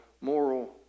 moral